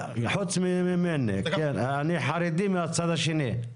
כן, חוץ ממני, אני חרדי מהצד השני.